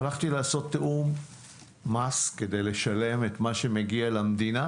הלכתי לעשות תיאום מס כדי לשלם את מה שמגיע למדינה,